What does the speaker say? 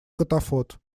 катафот